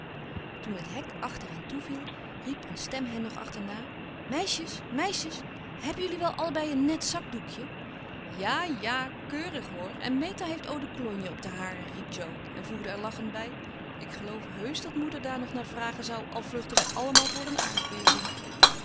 toen het hek achter hen toeviel riep een stem hen nog achterna meisjes meisjes heb jullie wel allebei een net zakdoekje ja ja keurig hoor en meta heeft eau-de-cologne op den hare riep jo en voegde er lachend bij ik geloof heusch dat moeder daar nog naar vragen zou al vluchtten wij allemaal voor een aardbeving